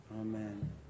Amen